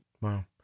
Wow